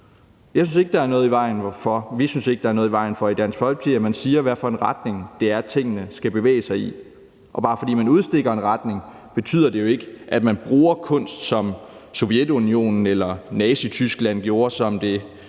synes ikke, der er noget i vejen for, at man siger, hvilken retning det er tingene skal bevæge sig i, og bare fordi man udstikker en retning, betyder det jo ikke, at man bruger kunst, som Sovjetunionen eller Nazityskland gjorde, som man